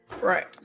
Right